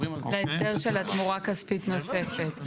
להסדר של תמורה כספית נוספת.